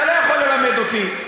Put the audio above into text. אתה לא יכול ללמד אותי.